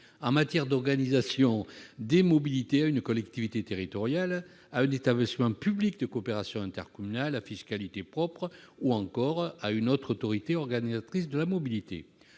en matière d'organisation des mobilités à une collectivité territoriale, à un établissement public de coopération intercommunale à fiscalité propre, ou à une autre autorité organisatrice de la mobilité.